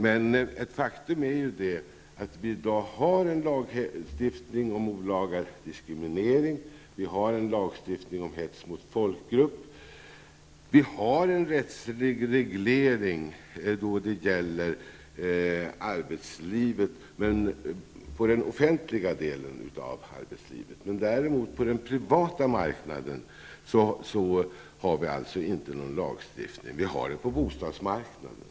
Men ett faktum är att vi i dag har en lagstiftning om olaga diskriminering och om hets mot folkgrupper och en rättslig reglering då det gäller den offentliga delen av arbetslivet. När det gäller den privata marknaden har vi däremot ingen lagstiftning. Vi har det på bostadsmarknaden.